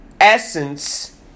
essence